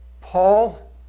Paul